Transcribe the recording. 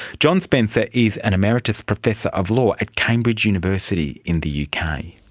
john spencer is an emeritus professor of law at cambridge university in the yeah kind of